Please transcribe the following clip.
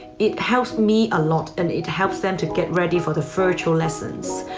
it helps me a lot, and it helps them to get ready for the virtual lessons.